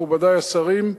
מכובדי השרים.